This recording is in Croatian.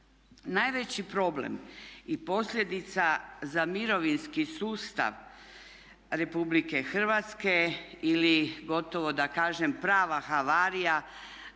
Najveći problem i posljedica za mirovinski sustav Republike Hrvatske ili gotovo da kažem prava havarija